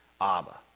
Abba